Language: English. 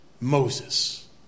Moses